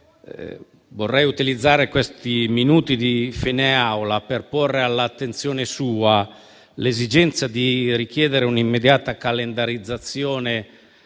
vorrei utilizzare questi minuti di fine seduta per porre alla sua attenzione l'esigenza di richiedere un'immediata calendarizzazione